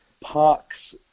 Parks